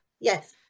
Yes